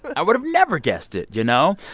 but i would have never guessed it, you know?